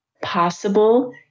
possible